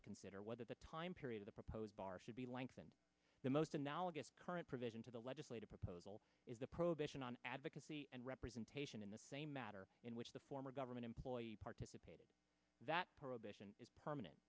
to consider whether the time period of the proposed bar should be lengthened the most analogous current provision to the legislative proposal is the prohibition on advocacy and representation in the same matter in which the former government employee participated that prohibition is permanent